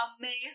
amazing